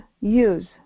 use